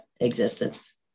existence